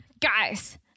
Guys